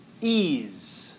ease